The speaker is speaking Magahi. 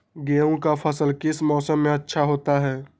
गेंहू का फसल किस मौसम में अच्छा होता है?